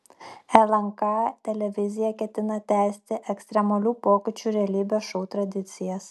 lnk televizija ketina tęsti ekstremalių pokyčių realybės šou tradicijas